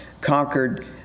conquered